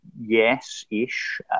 Yes-ish